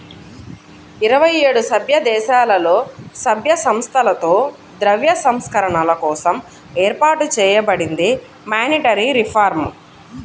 ఇరవై ఏడు సభ్యదేశాలలో, సభ్య సంస్థలతో ద్రవ్య సంస్కరణల కోసం ఏర్పాటు చేయబడిందే మానిటరీ రిఫార్మ్